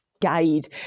guide